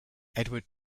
edward